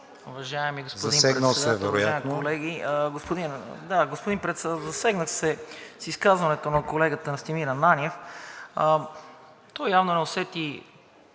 засегнах се от изказването на колегата Настимир Ананиев. Той явно не усети